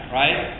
right